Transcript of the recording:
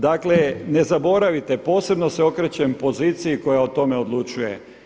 Dakle, ne zaboravite, posebno se okrećem poziciji koja o tome odlučuje.